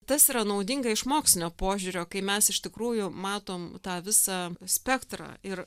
tas yra naudinga iš mokslinio požiūrio kai mes iš tikrųjų matom tą visą spektrą ir